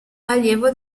allievo